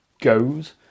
goes